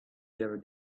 their